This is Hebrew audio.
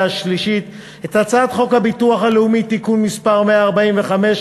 השלישית את הצעת חוק הביטוח הלאומי (תיקון מס' 145,